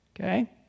Okay